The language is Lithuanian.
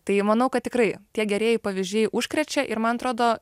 tai manau kad tikrai tie gerieji pavyzdžiai užkrečia ir man atrodo